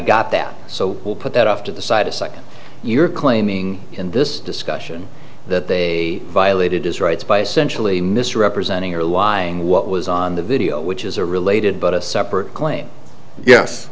got that so we'll put that off to the side a second you're claiming in this discussion that they violated his rights by sensually misrepresenting or lying what was on the video which is a related but a separate claim yes